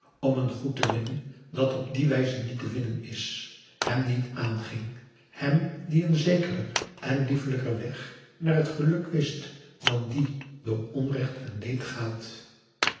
om een goed te winnen dat op die wijze niet te winnen is hem niet aanging hem die een zekerder en augusta de wit orpheus in de dessa liefelijker weg naar het geluk wist dan die door onrecht en leed gaat